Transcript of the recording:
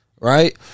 Right